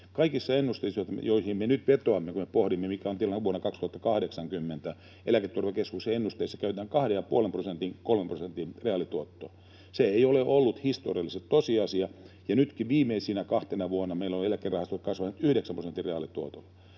ennusteissa, joihin me nyt vetoamme, kun pohdimme, mikä on tilanne vuonna 2080, käytetään 2,5—3 prosentin reaalituottoa. Se ei ole ollut historiallisesti tosiasia, ja nytkin viimeisenä kahtena vuonna meillä ovat eläkerahastot kasvaneet 9 prosentin reaalituotolla.